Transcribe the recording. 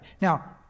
Now